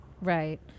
Right